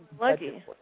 lucky